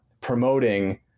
promoting